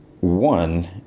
one